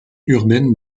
urbaine